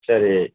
சரி